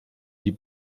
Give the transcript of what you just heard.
die